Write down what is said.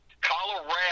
Colorado